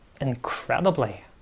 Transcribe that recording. incredibly